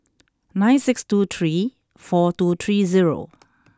nine six two three four two three zero